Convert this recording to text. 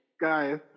guys